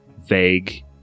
vague